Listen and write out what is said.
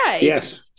Yes